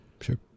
sure